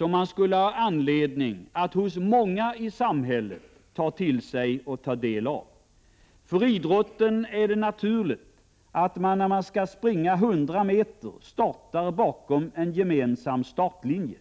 som många i samhället skulle ha anledning att ta del av och ta till sig. För idrotten är det naturligt att man, när man skall springa t.ex. 100 meter, startar bakom en gemensam startlinje.